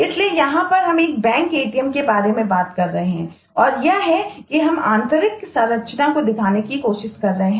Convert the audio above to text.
इसलिए यहां हम एक बैंक ATM के बारे में बात कर रहे हैं और यह है कि हम आंतरिक संरचना को दिखाने की कोशिश कर रहे हैं